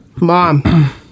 Mom